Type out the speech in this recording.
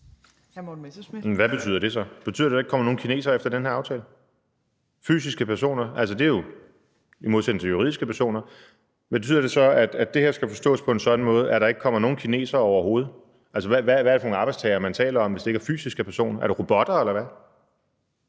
Hvad betyder det så? Betyder det, at der ikke kommer nogen kinesere efter den her aftale? Fysiske personer er jo i modsætning til juridiske personer. Men betyder det så, at det her skal forstås på en sådan måde, at der ikke kommer nogen kinesere overhovedet? Hvad er det for nogen arbejdstagere, man taler om, hvis det ikke er fysiske personer? Er det robotter, eller hvad?